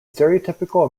stereotypical